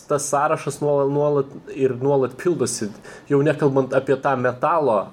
tas sąrašas nuola nuolat ir nuolat pildosi jau nekalbant apie tą metalo